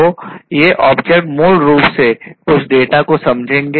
तो ये ऑब्जेक्ट मूल रूप से कुछ डेटा को समझेंगे